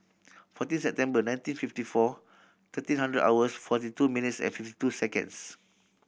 fourteen September nineteen fifty four thirteen hundred hours forty two minutes and fifty two seconds